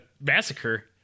massacre